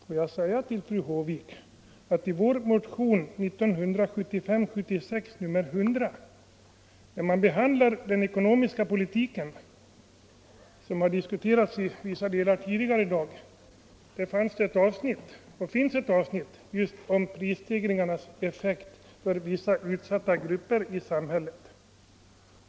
Får jag säga till fru Håvik att i vår motion 1975/76:100, där vi behandlar den ekonomiska politiken - som också i vissa delar har diskuterats här tidigare i dag — finns ett avsnitt om just prisstegringarnas effekt för vissa grupper i samhället.